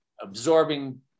absorbing